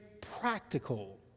practical